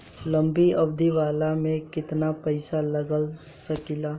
लंबी अवधि वाला में केतना पइसा लगा सकिले?